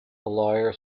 lawyer